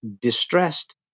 distressed